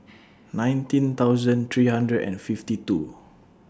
nineteen thousand three hundred and fifty two